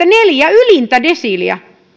neljä ylintä desiiliä